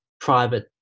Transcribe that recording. private